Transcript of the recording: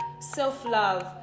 self-love